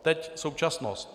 Teď současnost.